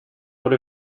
what